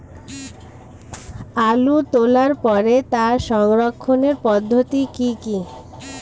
আলু তোলার পরে তার সংরক্ষণের পদ্ধতি কি কি?